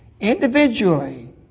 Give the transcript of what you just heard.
Individually